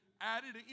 added